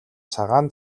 цагаан